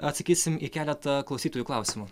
atsakysim į keletą klausytojų klausimų